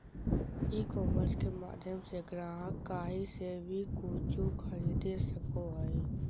ई commerce के माध्यम से ग्राहक काही से वी कूचु खरीदे सको हइ